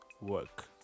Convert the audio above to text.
work